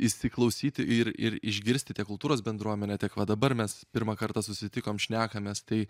įsiklausyti ir ir išgirsti tiek kultūros bendruomenę tiek va dabar mes pirmą kartą susitikom šnekamės tai